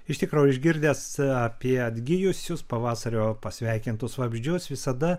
iš tikro išgirdęs apie atgijusius pavasario pasveikintus vabzdžius visada